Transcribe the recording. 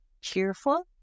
cheerful